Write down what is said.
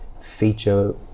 feature